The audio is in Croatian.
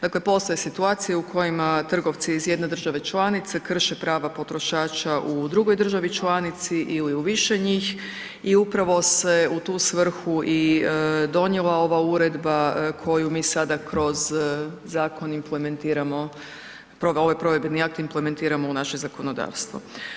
Dakle postoje situacije u kojima trgovci iz jedne države članice krše prava potrošača u drugoj državi članici ili u više njih i upravo se u tu svrhu i donijela ova uredba koju mi sada kroz zakon implementiramo ovaj provedbeni akt implementiramo u naše zakonodavstvo.